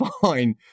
fine